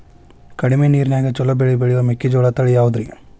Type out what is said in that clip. ಕಡಮಿ ನೇರಿನ್ಯಾಗಾ ಛಲೋ ಬೆಳಿ ಬೆಳಿಯೋ ಮೆಕ್ಕಿಜೋಳ ತಳಿ ಯಾವುದ್ರೇ?